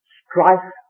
strife